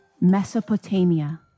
Mesopotamia